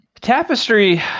tapestry